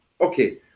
Okay